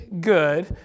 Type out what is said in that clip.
good